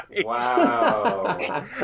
Wow